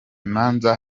imanza